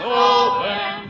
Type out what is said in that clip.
open